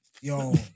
Yo